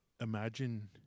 imagine